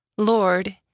Lord